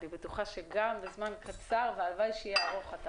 אני בטוחה שגם בזמן הקצר שנותר אתה